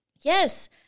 Yes